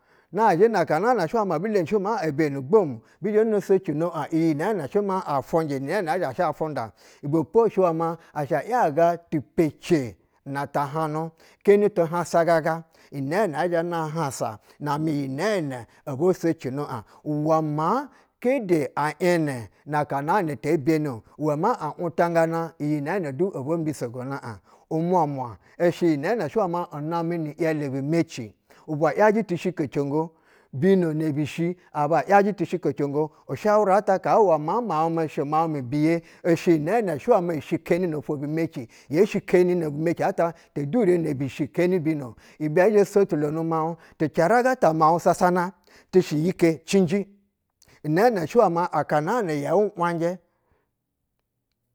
Nazhɛ naka naa na ebu leni shi ma ebeni gbomu, bi zhɛ no socingo aɧ ni yi nɛɛnɛ shɛ ma afunjɛ ni iyi nɛɛ nɛ aa shɛ shɛ a funda. Ibɛpo ishɛ ivɛ ma ashɛ a yaga okpekpe na tahanu keni tu han sa gaga ninɛɛ nɛ ɛzhɛ na hansa na mɛ yi nɛɛ nɛ obo socino aɧ uwɛ maa keda ‘yɛnɛ na aka naa na ebeni-o uwɛ maa a utanganɛ iyi nɛɛ nɛ du ebo mbisogona aɧ. Umwamwa ishɛ iyi nɛɛ nɛ shɛ ma u namɛ ni iɛlɛ bu meci, ubwa ‘yajɛ ti shiku congo bino ne bishi aba ‘yajɛ tishi kocongo ushanra ta kaa uwɛ maa miauɧ mɛ miauɧ biye ishɛ uwɛmaa ishikeni nofwo bimeci. Ye shikeni ne bi meci ata tedure ne bishi keni bino ibɛ ɛzhɛ sozulonu miauɧ. Ti caraga ta miauɧ sasana tɛ shɛ iyi ke cinji nɛɛ nɛ shɛ wɛ maaka naa na yɛu wanjɛ.